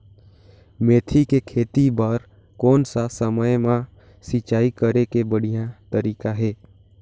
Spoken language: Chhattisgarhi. मेथी के खेती बार कोन सा समय मां सिंचाई करे के बढ़िया तारीक हे?